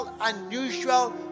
unusual